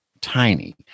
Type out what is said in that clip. tiny